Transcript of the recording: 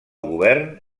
govern